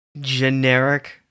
generic